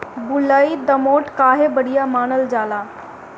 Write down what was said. बलुई दोमट काहे बढ़िया मानल जाला?